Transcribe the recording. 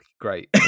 great